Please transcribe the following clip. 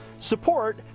support